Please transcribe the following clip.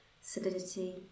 solidity